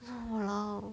!walao!